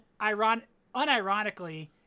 unironically